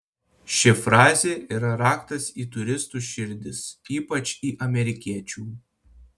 ši frazė yra raktas į turistų širdis ypač į amerikiečių